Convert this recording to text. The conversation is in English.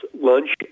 Lunch